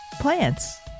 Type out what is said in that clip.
plants